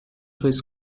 his